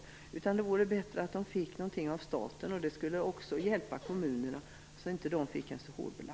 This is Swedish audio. Därför vore det bättre om de fick någonting av staten, vilket också skulle avlasta kommunerna.